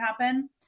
happen